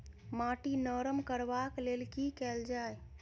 माटि नरम करबाक लेल की केल जाय?